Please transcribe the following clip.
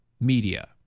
media